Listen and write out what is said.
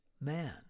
man